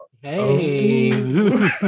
Hey